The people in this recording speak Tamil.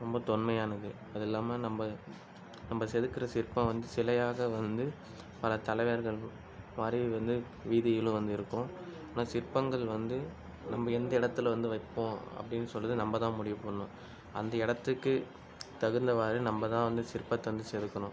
ரொம்ப தொன்மையானது அது இல்லாமல் நம்ப நம்ப செதுக்குற சிற்பம் வந்து சிலையாக வந்து பல தலைவர்கள் மாதிரி வந்து வீதியிலும் வந்து இருக்கும் ஆனால் சிற்பங்கள் வந்து நம்ப எந்த இடத்தில் வந்து வைப்போம் அப்படினு சொல்லிதான் நம்ப தான் முடிவு பண்ணணும் அந்த இடத்துக்கு தகுந்தவாறு நம்ம தான் வந்து சிற்பத்தை வந்து செதுக்கணும்